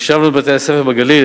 מחשבנו את בתי-הספר בגליל.